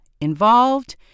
involved